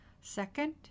Second